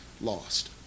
lost